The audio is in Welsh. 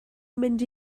mynd